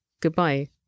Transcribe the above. Goodbye